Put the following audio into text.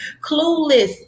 clueless